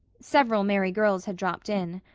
several merry girls had dropped in.